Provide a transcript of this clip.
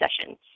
sessions